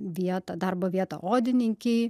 vietą darbo vietą odininkei